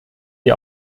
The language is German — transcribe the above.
die